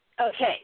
Okay